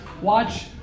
watch